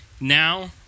Now